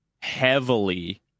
heavily